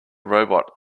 robot